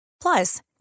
Plus